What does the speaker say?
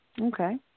Okay